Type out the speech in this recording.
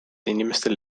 inimestel